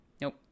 Nope